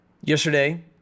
Yesterday